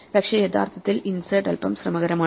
പക്ഷേ യഥാർത്ഥത്തിൽ ഇൻസേർട്ട് അൽപ്പം ശ്രമകരമാണ്